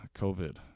COVID